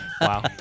Wow